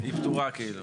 פטורה.